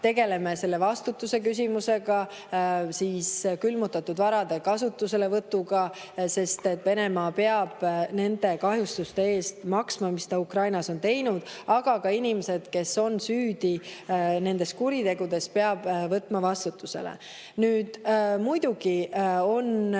tegeleme ka vastutuse küsimusega, samuti Venemaa külmutatud varade kasutuselevõtuga, sest Venemaa peab maksma nende kahjustuste eest, mis ta Ukrainas on tekitanud, aga ka inimesed, kes on süüdi kuritegudes, peab võtma vastutusele. Nüüd, muidugi on